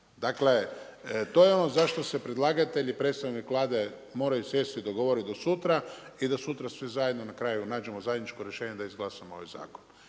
Dakle, to je ono zašto se predlagatelji, predstavnik Vlade moraju sjesti i dogovoriti do sutra i da sutra svi zajedno na kraju nađemo zajedničko rješenje da izglasamo ovaj zakon,